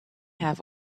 have